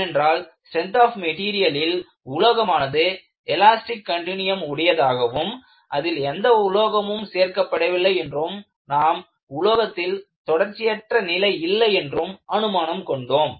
ஏனென்றால் strength of மெட்ட்டீரியலில் உலோகமானது எலாஸ்டிக் கன்டினியம் உடையதாகவும் அதில் வேறு எந்த உலோகமும் சேர்க்கப்படவில்லை என்றும் நாம் உலோகத்தில் தொடர்ச்சியற்ற நிலை இல்லை என்றும் அனுமானம் கொண்டோம்